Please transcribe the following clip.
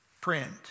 print